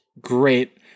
great